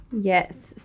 Yes